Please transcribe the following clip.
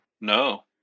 no